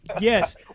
Yes